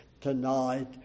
tonight